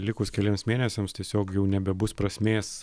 likus keliems mėnesiams tiesiog jau nebebus prasmės